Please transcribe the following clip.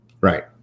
Right